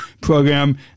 program